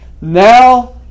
now